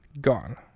gone